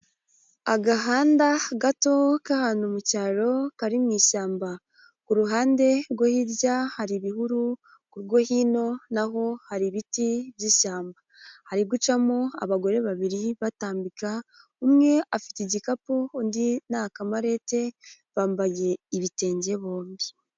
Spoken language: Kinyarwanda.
Agahanda gato k'ahantu mu cyaro kari mu ishyamba, ku ruhande rwo hirya hari ibihuru urwo hino na ho hari ibiti by'ishyamba, hari gucamo abagore babiri batambika umwe afite igikapu undi ni akamareti, bambaye ibitenge bombi.